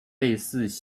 类似